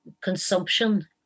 consumption